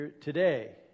Today